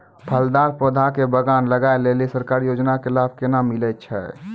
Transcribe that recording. फलदार पौधा के बगान लगाय लेली सरकारी योजना के लाभ केना मिलै छै?